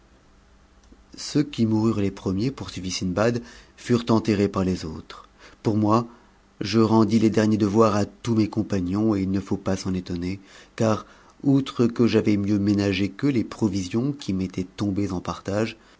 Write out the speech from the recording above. ceux qui moururent les premiers poursuivit siudbad furent entm'rés par les autres pour moi je rendis les derniers devoirs à tous mes compagnons et il ne faut pas s'en étonner car outre que j'avais mieux ménage qu'eux les provisions qui m'étaient tombées en partage